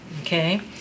Okay